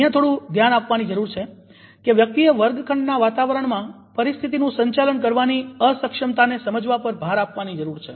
અહિયાં થોડું ધ્યાન આપવાની જરૂર છે કે વ્યક્તિએ વર્ગખંડનાં વાતાવરણમાં પરિસ્થિતિનું સંચાલન કરવાની અસક્ષમતાને સમજવા પર ભાર આપવાની જરૂર છે